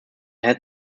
had